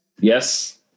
yes